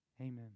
amen